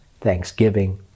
thanksgiving